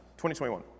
2021